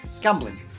gambling